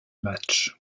match